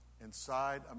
inside